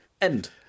End